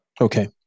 okay